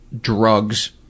drugs